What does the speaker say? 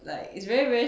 like it's very very like